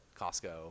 Costco